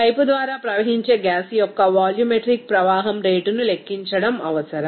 pipe ద్వారా ప్రవహించే gas యొక్క వాల్యూమెట్రిక్ ప్రవాహం రేటును లెక్కించడం అవసరం